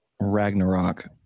Ragnarok